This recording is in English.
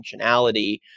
functionality